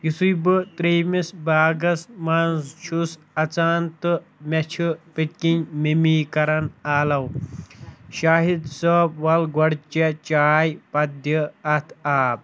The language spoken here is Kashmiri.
یُتھُے بہٕ ترٛیٚمِس باغَس منٛز چھُس اَژان تہٕ مےٚ چھِ پٔتۍ کِنۍ مٕمی کَران آلَو شاہِد صٲب وَلہٕ گۄڈٕ چےٚ چاے پَتہٕ دِ اَتھ آب